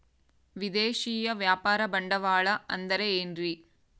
ವಿದೇಶಿಯ ವ್ಯಾಪಾರ ಬಂಡವಾಳ ಅಂದರೆ ಏನ್ರಿ?